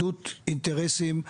אחדות אינטרסים,